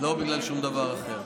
לא בגלל שום דבר אחר.